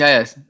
Yes